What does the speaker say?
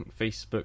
Facebook